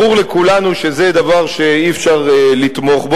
ברור לכולנו שזה דבר שאי-אפשר לתמוך בו.